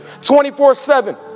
24-7